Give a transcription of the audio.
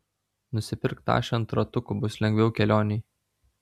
nusipirk tašę ant ratukų bus lengviau kelionėj